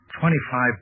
Twenty-five